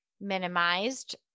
minimized